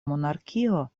monarkio